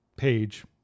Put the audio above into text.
Page